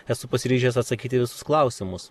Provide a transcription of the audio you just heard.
esu pasiryžęs atsakyti į visus klausimus